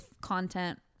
content